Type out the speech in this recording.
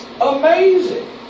Amazing